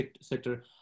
sector